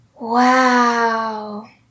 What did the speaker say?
Wow